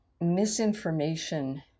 misinformation